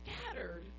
scattered